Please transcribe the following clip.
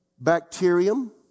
bacterium